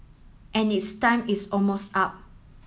and its time is almost up